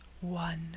one